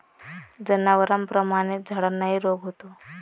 जनावरांप्रमाणेच झाडांनाही रोग होतो